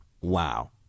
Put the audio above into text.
wow